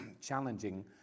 challenging